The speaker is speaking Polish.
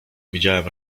widziałem